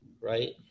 right